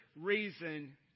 reason